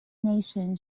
nation